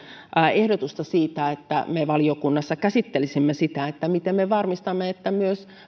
ehdotusta siitä että me valiokunnassa käsittelisimme sitä miten me varmistamme että myös